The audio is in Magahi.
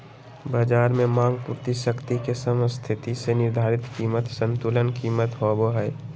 बज़ार में मांग पूर्ति शक्ति के समस्थिति से निर्धारित कीमत संतुलन कीमत होबो हइ